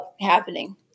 happening